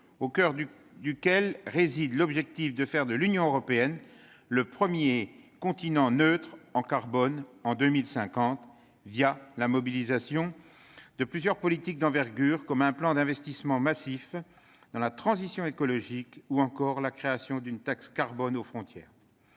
avec un agenda positif, l'objectif étant de faire de l'Union européenne le premier continent neutre en carbone en 2050, grâce à la mise en oeuvre de plusieurs politiques d'envergure, telles qu'un plan d'investissement massif dans la transition écologique ou encore la création d'une taxe carbone aux frontières.